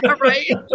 Right